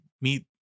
meet